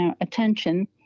attention